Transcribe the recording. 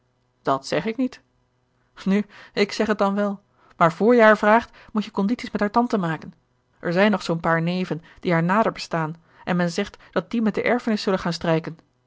dat zeg ik niet nu ik zeg het dan wel maar vr je haar vraagt moet je condities met haar tante maken er zijn nog zoo'n paar neven die haar nader bestaan en men zegt dat die met de erfenis zullen gaan strijken